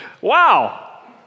Wow